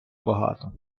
багато